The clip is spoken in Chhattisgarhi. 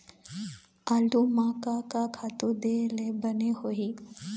आलू म का का खातू दे ले बने होही?